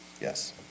Yes